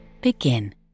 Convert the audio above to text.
Begin